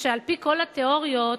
על-פי כל התיאוריות,